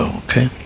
okay